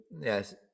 Yes